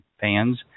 fans